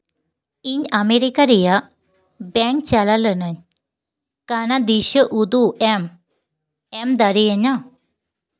ᱤᱧ ᱟᱢᱮᱹᱨᱤᱠᱟ ᱨᱮᱭᱟᱜ ᱵᱮᱝᱠ ᱪᱟᱞᱟᱣ ᱞᱤᱱᱟᱹᱧ ᱠᱟᱱᱟ ᱫᱤᱥᱟᱹ ᱩᱫᱩᱜ ᱮᱢ ᱮᱢ ᱫᱟᱲᱮᱭᱟᱹᱧᱟᱹ